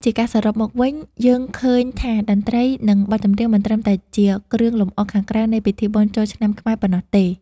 ជាការសរុបមកវិញ យើងឃើញថាតន្ត្រី និងបទចម្រៀងមិនត្រឹមតែជាគ្រឿងលម្អខាងក្រៅនៃពិធីបុណ្យចូលឆ្នាំខ្មែរប៉ុណ្ណោះទេ។